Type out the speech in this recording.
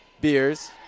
Beers